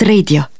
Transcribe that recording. Radio